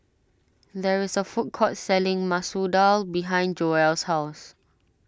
there is a food court selling Masoor Dal behind Joelle's house